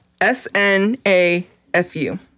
S-N-A-F-U